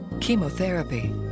chemotherapy